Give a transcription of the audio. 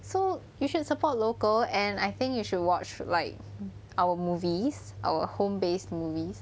so you should support local and I think you should watch like our movies our home based movies